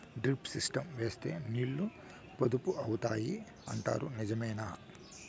Drip system వేస్తే నీళ్లు పొదుపు అవుతాయి అంటారు నిజమేనా?